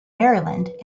maryland